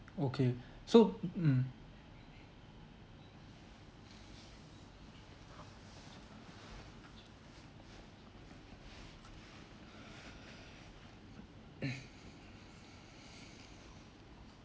okay so mm mm